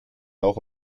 auch